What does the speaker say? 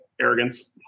Arrogance